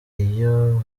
iyo